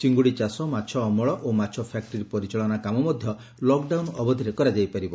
ଚିଙ୍ଗୁଡି ଚାଷ ମାଛ ଅମଳ ଓ ମାଛ ୟାକ୍କି ପରିଚାଳନା କାମ ମଧ୍ୟ ଲକ ଡାଉନ ଅବଧିରେ କରା ଯାଇ ପାରିବ